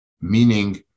Meaning